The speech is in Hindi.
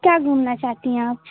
कहाँ घूमना चाहती हैं आप